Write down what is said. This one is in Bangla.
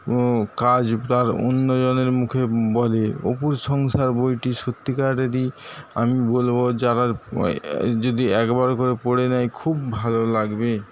ও কাজ তার অন্য জনের মুখে বলে অপুর সংসার বইটি সত্যিকারেরই আমি বলব যারা যদি একবার করে পড়ে নেয় খুব ভালো লাগবে